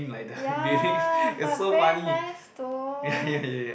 ya but very nice though